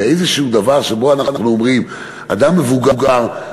באיזשהו דבר שבו אנחנו אומרים שאדם מבוגר,